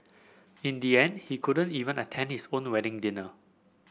in the end he couldn't even attend his own wedding dinner